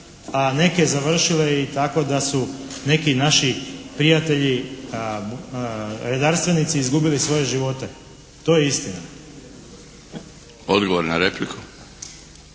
neke završile i tako da su neki naši prijatelji redarstvenici izgubili svoje živote. To je istina. **Milinović,